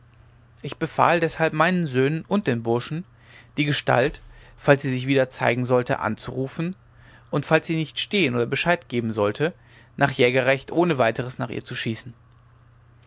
ich befahl deshalb meinen söhnen und den burschen die gestalt falls sie sich wieder zeigen sollte anzurufen und falls sie nicht stehen oder bescheid geben sollte nach jägerrecht ohne weiteres nach ihr zu schießen